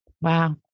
Wow